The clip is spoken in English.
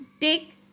take